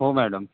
हो मॅडम